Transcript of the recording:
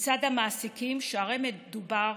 מצד המעסיקים, שהרי מדובר